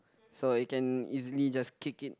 so it can easily just kick it